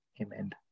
Amen